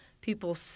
people